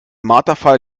marterpfahl